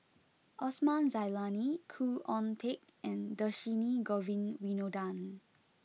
Osman Zailani Khoo Oon Teik and Dhershini Govin Winodan